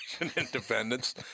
independence